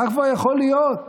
מה כבר יכול להיות?